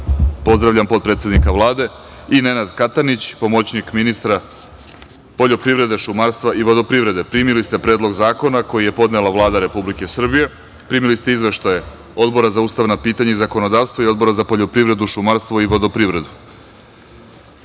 pozdravljam potpredsednika Vlade - i Nenad Katanić, pomoćnik ministra poljoprivrede, šumarstva i vodoprivrede. Primili ste Predlog zakona koji je podnela Vlada Republike Srbije. Primili ste izveštaje Odbora za ustavna pitanja i zakonodavstvo i Odbora za poljoprivredu, šumarstvo i vodoprivredu. Molim